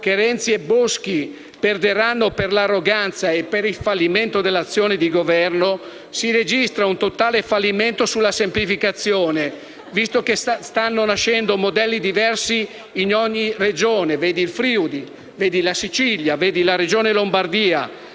che Renzi e Boschi perderanno per l'arroganza e per il fallimento dell'azione di Governo, si registra un totale fallimento sulla semplificazione, visto che stanno nascendo modelli diversi in ogni Regione (vedi Friuli-Venezia Giulia, Sicilia, Lombardia).